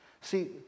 See